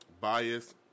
bias